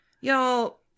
Y'all